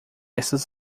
estas